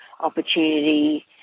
opportunity